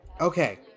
Okay